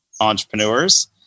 entrepreneurs